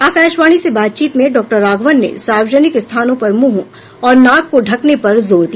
आकाशवाणी से बातचीत में डॉक्टर राघवन ने सार्वजनिक स्थानों पर मुंह और नाक को ढकने पर जोर दिया